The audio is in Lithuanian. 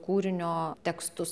kūrinio tekstus